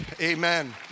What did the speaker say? Amen